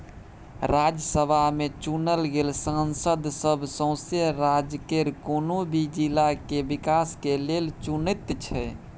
राज्यसभा में चुनल गेल सांसद सब सौसें राज्य केर कुनु भी जिला के विकास के लेल चुनैत छै